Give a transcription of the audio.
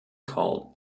called